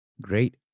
Great